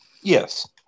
Yes